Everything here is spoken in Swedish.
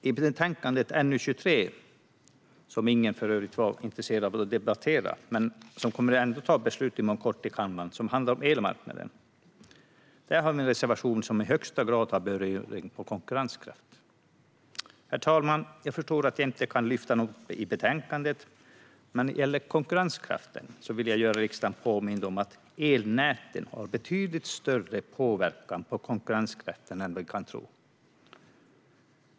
Betänkandet NU23, som ingen för övrigt var intresserad av att debattera men som det ändå inom kort kommer att beslutas om i kammaren, handlar om elmarknaden. Där har vi en reservation som i högsta grad berör konkurrenskraft. Herr talman! Jag förstår att jag inte kan lyfta något i det betänkandet, men när det gäller konkurrenskraften vill jag göra riksdagen påmind om att elnäten har betydligt större påverkan på konkurrenskraften än vi kan tro.